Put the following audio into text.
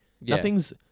Nothing's